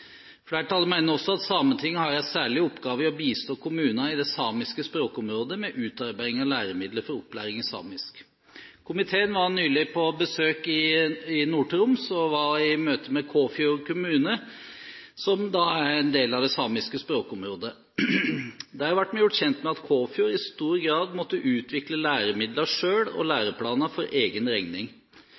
Flertallet mener også at Sametinget har en særlig oppgave i å bistå kommuner i det samiske språkområdet med å utarbeide læremidler for opplæring i samisk. Komiteen var nylig på besøk i Nord-Troms og var i møte med Kåfjord kommune, som er en del av det samiske språkområdet. Der ble vi gjort kjent med at Kåfjord i stor grad må utvikle læremidler og læreplaner for egen regning.